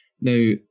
Now